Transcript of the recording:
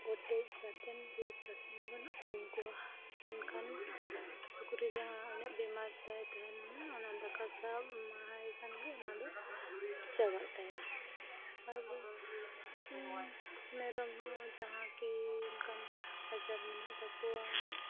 cottage ᱠᱟᱛᱮᱫ ᱨᱤᱫ ᱠᱟᱛᱮᱱ ᱦᱚᱵᱚᱱ ᱮᱢᱟ ᱠᱚᱣᱟ ᱮᱱᱠᱷᱟᱱ ᱥᱩᱠᱨᱤ ᱡᱟᱦᱟᱸ ᱚᱱᱮ ᱵᱮᱢᱟᱨ ᱛᱟᱭ ᱛᱟᱦᱮᱱᱟ ᱚᱱᱟ ᱫᱚ ᱫᱟᱠᱟ ᱥᱟᱣ ᱮᱢᱟᱭ ᱠᱷᱟᱱᱜᱮ ᱚᱱᱟ ᱫᱚ ᱪᱟᱵᱟᱜ ᱛᱟᱭᱟ ᱟᱨ ᱢᱮᱨᱚᱢ ᱦᱚᱸ ᱡᱟᱦᱟᱸ ᱠᱤ ᱚᱱᱠᱟᱱ ᱟᱡᱟᱨ ᱢᱮᱱᱟᱜ ᱛᱟᱠᱚᱣᱟ